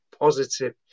positive